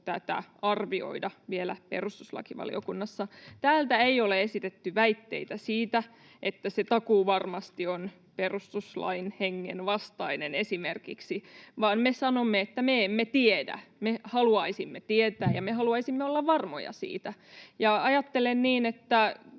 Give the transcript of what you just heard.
tätä arvioida vielä perustuslakivaliokunnassa. Täältä ei ole esitetty väitteitä siitä, että se takuuvarmasti on perustuslain hengen vastainen, esimerkiksi, vaan me sanomme, että me emme tiedä. Me haluaisimme tietää ja me haluaisimme olla varmoja siitä. Ajattelen niin, että